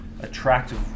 attractive